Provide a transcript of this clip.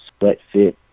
sweatfit